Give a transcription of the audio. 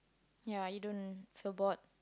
ya you don't forgot